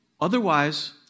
Otherwise